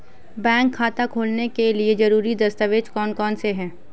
Bank खाता खोलने के लिए ज़रूरी दस्तावेज़ कौन कौनसे हैं?